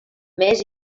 més